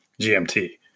GMT